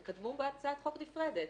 תקדמו בהצעת חוק נפרדת.